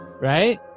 right